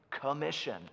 commission